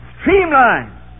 streamline